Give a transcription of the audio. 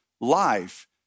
life